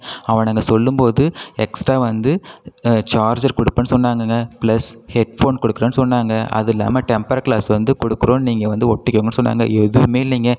அவனுங்கள் சொல்லும் போது எக்ஸ்ட்ரா வந்து சார்ஜர் கொடுப்பேன்னு சொன்னாங்கங்க ப்ளஸ் ஹெட்ஃபோன் கொடுக்குறேன்னு சொன்னாங்கள் அது இல்லாமல் டெம்பர் கிளாஸ் வந்து கொடுக்குறோம் நீங்கள் வந்து ஒட்டிக்கோங்கன்னு சொன்னாங்கள் எதுவுமே இல்லைங்க